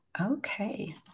Okay